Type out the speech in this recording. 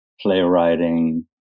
playwriting